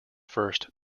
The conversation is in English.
first